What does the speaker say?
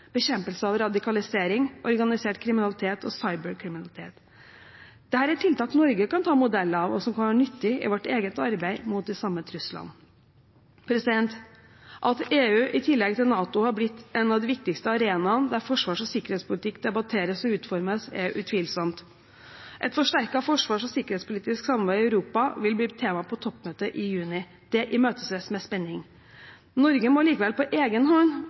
bekjempelse av radikalisering, organisert kriminalitet og cyber-kriminalitet. Dette er tiltak som Norge kan ta modell av, og som kan være nyttige i vårt eget arbeid mot de samme truslene. At EU i tillegg til NATO har blitt en av de viktigste arenaene der forsvars- og sikkerhetspolitikk debatteres og utformes, er utvilsomt. Et forsterket forsvars- og sikkerhetspolitisk samarbeid i Europa vil bli tema på toppmøtet i juni. Det imøteses med spenning. Norge må allikevel på egenhånd